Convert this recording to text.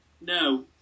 no